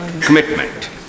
commitment